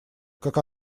как